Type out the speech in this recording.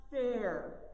fair